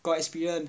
got experience